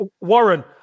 Warren